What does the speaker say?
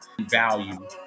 value